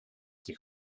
die